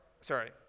sorry